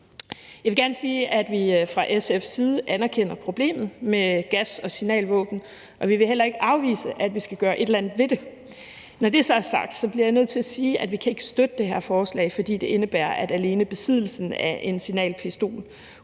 Jeg vil gerne sige, at vi fra SF's side anerkender problemet med gas- og signalvåben, og vi vil heller ikke afvise, at vi skal gøre et eller andet ved det. Når det så er sagt, bliver jeg nødt til at sige, at vi ikke kan støtte det her forslag, fordi det indebærer, at alene besiddelsen af en gas-